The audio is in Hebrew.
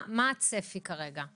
מה הצפי כרגע?